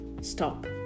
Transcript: stop